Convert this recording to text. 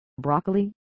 broccoli